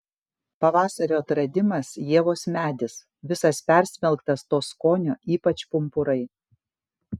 pavasario atradimas ievos medis visas persmelktas to skonio ypač pumpurai